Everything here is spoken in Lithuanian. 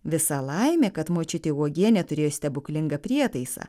visa laimė kad močiutė uogienė turėjo stebuklingą prietaisą